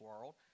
world